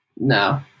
No